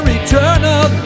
eternal